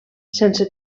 sense